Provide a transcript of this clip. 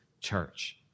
church